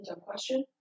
question